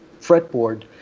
fretboard